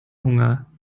hunger